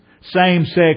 Same-sex